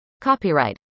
Copyright